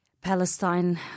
Palestine